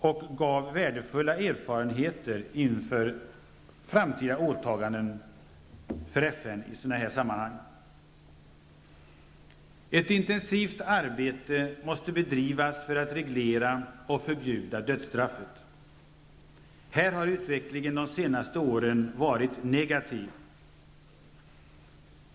Det gav FN värdefulla erfarenheter med tanke på framtida åtaganden i sådana här sammanhang. Ett intensivt arbete måste bedrivas för att reglera och förbjuda dödsstraffet. Här har utvecklingen de senaste åren varit negativ.